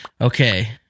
Okay